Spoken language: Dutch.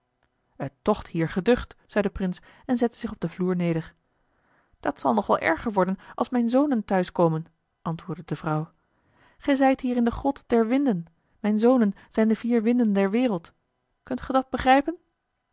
tocht hier geducht zei de prins en zette zich op den vloer neder dat zal nog wel erger worden als mijn zonen thuis komen antwoordde de vrouw ge zijt hier in de grot der winden mijn zonen zijn de vier winden der wereld kunt ge dat begrijpen